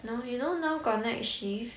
no you know now got night shift